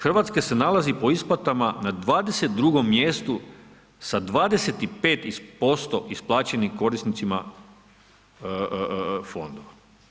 Hrvatska se nalazi po isplatama na 22 mjestu sa 25% isplaćenih korisnicima fondova.